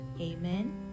Amen